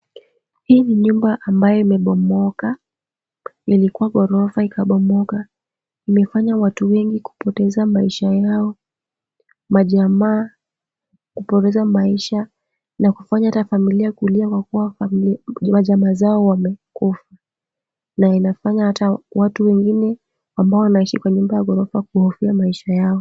Hii ni nyumba ambayo imebomoka. Lilikuwa ghorofa ikabomoka. Imefanya watu wengi kupoteza maisha yao, majamaa kupoteza maisha na kufanya ata familia kulia kwa kuwa majamaa zao wamekufa na inafanya ata watu wengine ambao wanaishi kwa nyumba ya ghorofa kuhofia maisha yao.